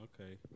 Okay